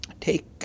take